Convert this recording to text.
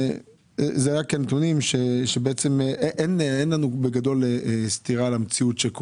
בגדול אין לנו סקירה על המציאות.